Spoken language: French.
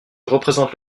représente